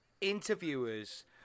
interviewers